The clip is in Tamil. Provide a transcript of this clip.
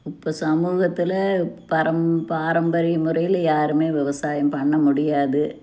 இப்போ சமூகத்தில் பரம் பாரம்பரிய முறையில் யாருமே விவசாயம் பண்ண முடியாது